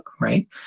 right